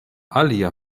alia